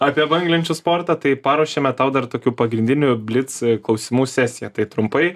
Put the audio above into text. apie banglenčių sportą tai paruošėme tau dar tokių pagrindinių blic klausimų sesiją tai trumpai